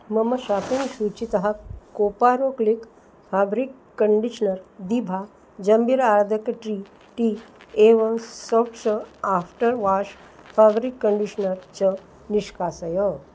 मम शाप्पिङ्ग् सूचीतः कोपारो क्लिक् फाब्रिक् कण्डिश्नर् दीभा जम्बीर आर्द्रकं ट्री टी एवं शप्श आफ्टर् वाश् फ़ाब्रिक् कण्डिश्नर् च निष्कासय